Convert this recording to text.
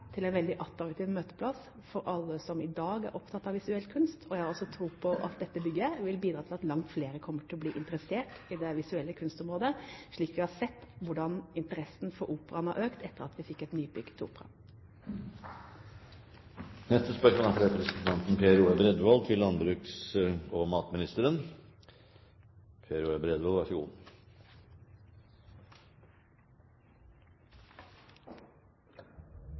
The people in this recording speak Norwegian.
til en veldig attraktiv møteplass for alle som i dag er opptatt av visuell kunst, og jeg har også tro på at dette bygget vil bidra til at langt flere kommer til å bli interessert i det visuelle kunstområdet, slik vi har sett hvordan interessen for Operaen har økt etter at vi fikk et nybygg for Operaen. Jeg ønsker å stille følgende spørsmål til landbruks- og matministeren: